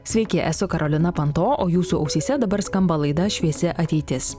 sveiki esu karolina panto o jūsų ausyse dabar skamba laida šviesi ateitis